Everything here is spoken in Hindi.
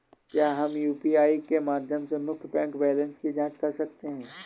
क्या हम यू.पी.आई के माध्यम से मुख्य बैंक बैलेंस की जाँच कर सकते हैं?